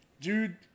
Dude